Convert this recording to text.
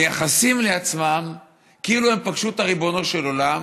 מייחסים לעצמם כאילו הם פגשו את ריבונו של עולם